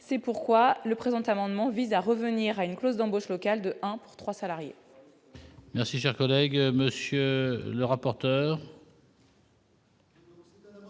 C'est pourquoi cet amendement vise à revenir à une clause d'embauche locale de un pour trois salariés.